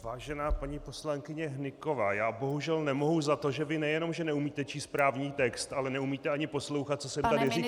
Vážená paní poslankyně Hnyková, já bohužel nemohu za to, že vy nejenom že neumíte číst právní text, ale neumíte ani poslouchat, co jsem tady říkal.